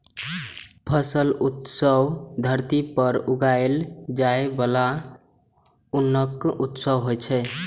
फसल उत्सव धरती पर उगाएल जाइ बला अन्नक उत्सव होइ छै